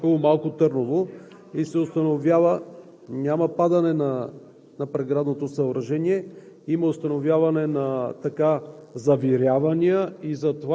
като цяло. Главен комисар Кичиков днес е в района на ГПУ – Малко Търново, и се установява, че няма падане на преградното съоръжение.